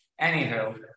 Anywho